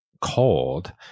cold